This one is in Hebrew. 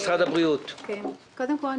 קודם כול,